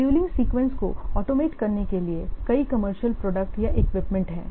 scheduling sequences को automate करने के लिए कई कमर्शियल प्रोडक्ट या इक्विपमेंट हैं